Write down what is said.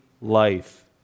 life